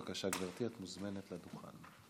בבקשה, גברתי, את מוזמנת לדוכן.